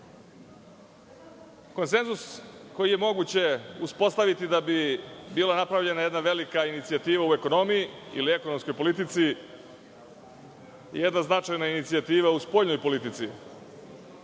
konsenzus koji je moguće uspostaviti da bi bila napravljena jedna velika inicijativa u ekonomiji ili ekonomskoj politici i jedna značajna inicijativa u spoljnoj politici. Što